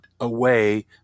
away